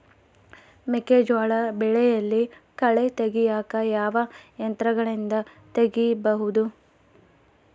ಮೆಕ್ಕೆಜೋಳ ಬೆಳೆಯಲ್ಲಿ ಕಳೆ ತೆಗಿಯಾಕ ಯಾವ ಯಂತ್ರಗಳಿಂದ ತೆಗಿಬಹುದು?